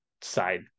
side